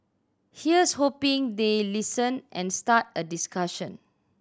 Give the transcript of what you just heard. here's hoping they listen and start a discussion